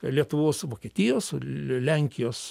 lietuvos vokietijos lenkijos